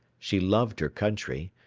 she loved her country,